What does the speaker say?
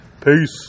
Peace